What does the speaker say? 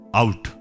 out